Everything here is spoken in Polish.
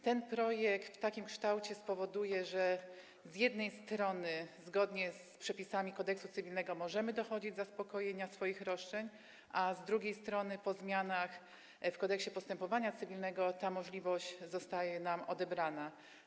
Ten projekt w takim kształcie spowoduje, że z jednej strony zgodnie z przepisami Kodeksu cywilnego możemy dochodzić zaspokojenia swoich roszczeń, a z drugiej strony po zmianach w Kodeksie postępowania cywilnego ta możliwość zostaje nam odebrana.